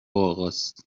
آقاست